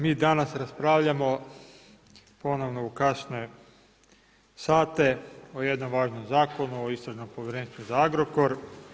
Mi danas raspravljamo ponovno u kasne sate o jednom važnom Zakonu o istražnom povjerenstvu za Agrokor.